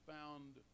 found